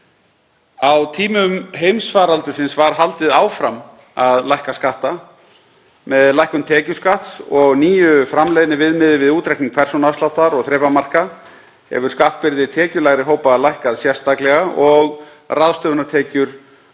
Á tímum heimsfaraldursins var haldið áfram að lækka skatta. Með lækkun tekjuskatts og nýju framleiðniviðmiði við útreikning persónuafsláttar og þrepamarka hefur skattbyrði tekjulægri hópa lækkað sérstaklega og ráðstöfunartekjur aukist.